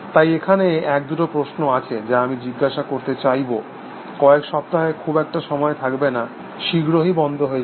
তাই এখানে একদুটো প্রশ্ন আছে যা আমি জিজ্ঞাসা করতে চাইব কয়েক সপ্তাহে খুব একটা সময় থাকবে না শীঘ্রই বন্ধ হয়ে যাবে